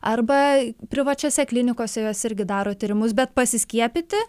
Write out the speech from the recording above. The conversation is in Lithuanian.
arba privačiose klinikose jos irgi daro tyrimus bet pasiskiepyti